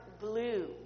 blue